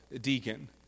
deacon